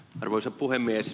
arvoisa puhemies